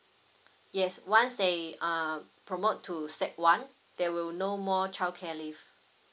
yes once they um promote to sec one there will no more childcare leave